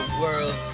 world